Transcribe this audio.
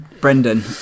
Brendan